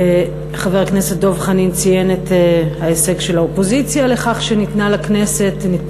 וחבר הכנסת דב חנין ציין את ההישג של האופוזיציה בכך שניתנו לכנסת